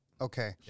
Okay